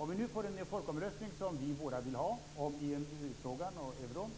Om vi nu får en folkomröstning, som vi båda vill ha, om EMU-frågan och euron,